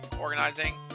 organizing